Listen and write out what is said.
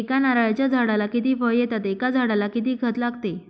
एका नारळाच्या झाडाला किती फळ येतात? एका झाडाला किती खत लागते?